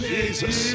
Jesus